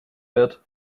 wird